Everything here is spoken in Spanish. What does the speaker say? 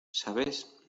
sabes